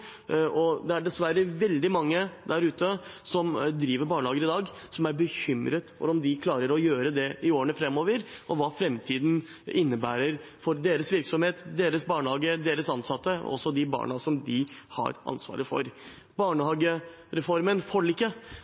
dag, som er bekymret for om de klarer å gjøre det i årene framover, og for hva framtiden innebærer for deres virksomhet, deres barnehager, deres ansatte og de barna de har ansvaret for.